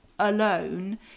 alone